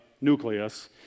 nucleus